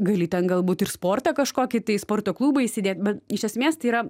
gali ten galbūt ir sportą kažkokį tai sporto klubą įsidėt bet iš esmės tai yra